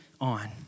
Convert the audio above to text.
on